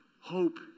hope